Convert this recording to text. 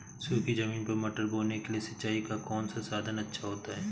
सूखी ज़मीन पर मटर बोने के लिए सिंचाई का कौन सा साधन अच्छा होता है?